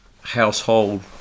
household